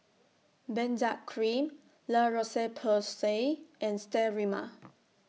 Benzac Cream La Roche Porsay and Sterimar